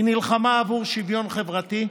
היא נלחמה בעבור שוויון חברתי,